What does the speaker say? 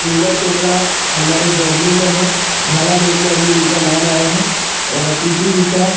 नीरज चोपड़ा हमारे जैव्लिन में हैं भाला फेंक में अभी उनका नाम आया है और पी टी ऊषा